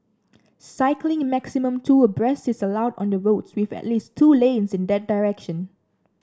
cycling maximum two abreast is allowed on the roads with at least two lanes in that direction